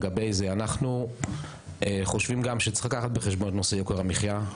גם אנחנו חושבים שצריך לקחת בחשבון את נושא יוקר המחיה,